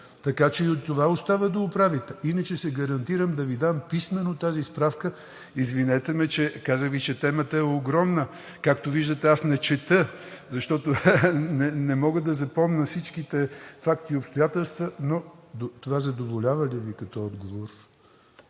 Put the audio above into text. Така че и това остава да оправите. Иначе гарантирам да Ви дам писмено тази справка. Извинете ме, но Ви казах, че темата е огромна. Както виждате, аз не чета, защото не мога да запомня всички факти и обстоятелства. Това задоволява ли Ви като отговор?